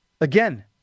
again